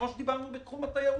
כמו בתחום התיירות,